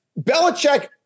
Belichick